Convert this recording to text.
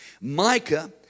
Micah